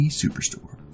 superstore